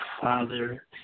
Father